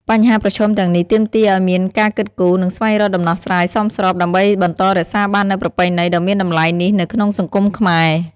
បញ្ហាប្រឈមទាំងនេះទាមទារឱ្យមានការគិតគូរ និងស្វែងរកដំណោះស្រាយសមស្រប ដើម្បីបន្តរក្សាបាននូវប្រពៃណីដ៏មានតម្លៃនេះនៅក្នុងសង្គមខ្មែរ ។